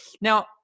Now